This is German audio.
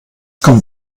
kommt